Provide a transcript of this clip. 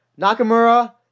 Nakamura